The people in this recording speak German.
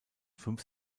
fünf